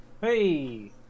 Hey